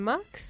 Max